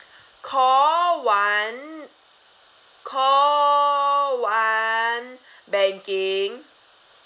call one call one banking